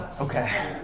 okay,